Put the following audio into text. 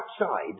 outside